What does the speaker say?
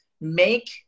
make